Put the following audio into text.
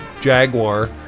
Jaguar